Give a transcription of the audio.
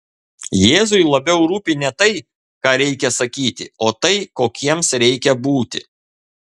jėzui labiau rūpi ne tai ką reikia sakyti o tai kokiems reikia būti